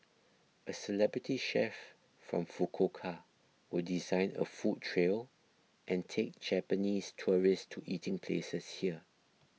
a celebrity chef from Fukuoka will design a food trail and take Japanese tourists to eating places here